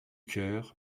cœur